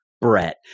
Brett